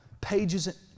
pages